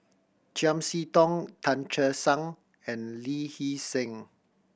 Chiam See Tong Tan Che Sang and Lee Hee Seng